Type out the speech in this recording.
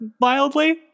mildly